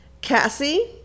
cassie